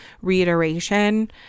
reiteration